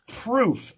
proof